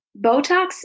Botox